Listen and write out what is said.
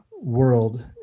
world